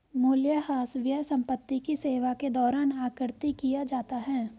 मूल्यह्रास व्यय संपत्ति की सेवा के दौरान आकृति किया जाता है